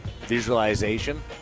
visualization